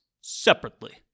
separately